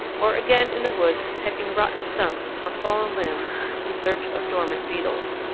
or again in the woods pecking rotten stumps or fallen limbs in search of dormant beetles.